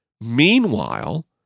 Meanwhile